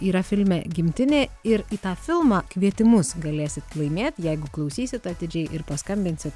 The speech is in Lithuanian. yra filme gimtinė ir į tą filmą kvietimus galėsit laimėt jeigu klausysit atidžiai ir paskambinsit